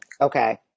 okay